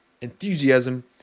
enthusiasm